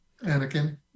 Anakin